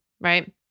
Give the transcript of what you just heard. Right